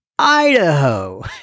Idaho